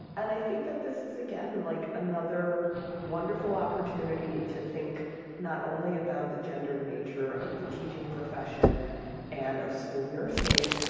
and i think that this is, again, like another wonderful opportunity to think not only about the gendered nature of the teaching profession and of school nursing,